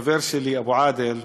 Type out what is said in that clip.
חבר שלי, אבו עאדל,